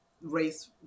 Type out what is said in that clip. race